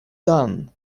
done